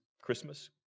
Christmas